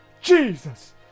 Jesus